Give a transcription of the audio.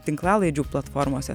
tinklalaidžių platformose